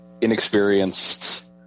inexperienced